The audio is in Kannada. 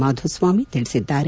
ಮಾಧುಸ್ವಾಮಿ ತಿಳಿಸಿದ್ದಾರೆ